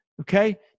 Okay